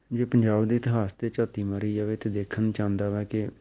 ਜੇ ਪੰਜਾਬ ਦੇ ਇਤਿਹਾਸ 'ਤੇ ਝਾਤੀ ਮਾਰੀ ਜਾਵੇ ਤਾਂ ਦੇਖਣ ਨੂੰ ਜਾਂਦਾ ਵੈ ਕਿ